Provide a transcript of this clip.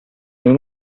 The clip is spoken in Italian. non